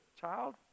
child